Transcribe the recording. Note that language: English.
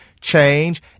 change